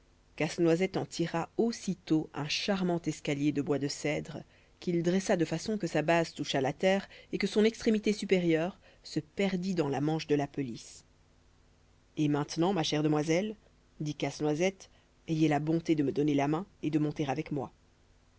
casse-noisette en tira aussitôt un charmant escalier de bois de cèdre qu'il dressa de façon que sa base touchât la terre et que son extrémité supérieure se perdit dans la manche de la pelisse et maintenant ma chère demoiselle dit casse-noisette ayez la bonté de me donner la main et de monter avec moi